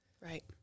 Right